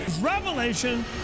Revelation